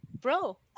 Bro